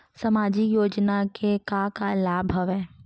सामाजिक योजना के का का लाभ हवय?